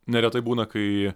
neretai būna kai